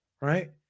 right